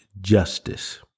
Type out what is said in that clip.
justice